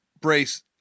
Brace